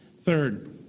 Third